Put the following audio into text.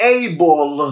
able